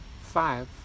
Five